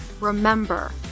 remember